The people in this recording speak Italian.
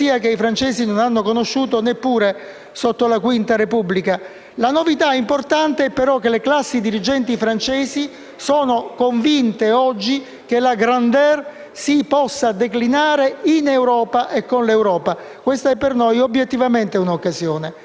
sono convinte oggi che la *grandeur* si possa declinare in Europa e con l'Europa. Questa è per noi obiettivamente un'occasione. L'altra novità che ha accennato nel suo intervento Mario Monti è la continuità e l'evoluzione